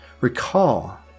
recall